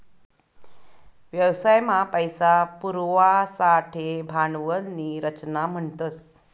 व्यवसाय मा पैसा पुरवासाठे भांडवल नी रचना म्हणतस